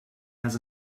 has